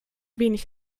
wenig